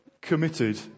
committed